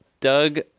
Doug